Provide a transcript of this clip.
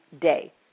day